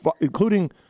including